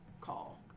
call